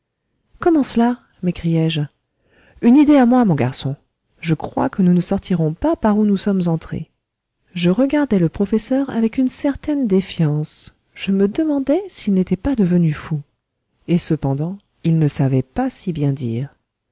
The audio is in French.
comment cela m'écriai-je une idée à moi mon garçon je crois que nous ne sortirons pas par où nous sommes entrés je regardai le professeur avec une certaine défiance je me demandai s'il n'était pas devenu fou et cependant il ne savait pas si bien dire